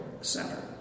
Center